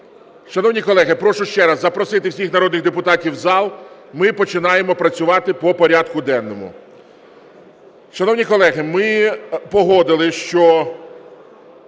Шановні колеги, прошу ще раз запросити всіх народних депутатів в зал, ми починаємо працювати по порядку денному.